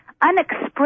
Unexpressed